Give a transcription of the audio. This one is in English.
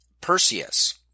Perseus